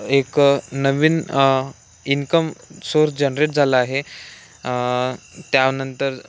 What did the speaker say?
एक नवीन income source generate झाला आहे त्यानंतर